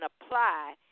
apply